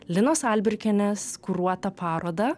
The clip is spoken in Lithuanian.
linos albrikienės kuruotą parodą